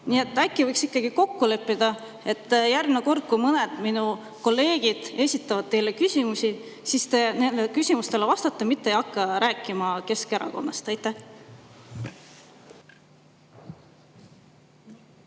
Nii et äkki võiks kokku leppida, et järgmine kord, kui mõned minu kolleegid esitavad teile küsimusi, te vastate nende küsimustele, mitte ei hakka rääkima Keskerakonnast. Aitäh,